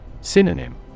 Synonym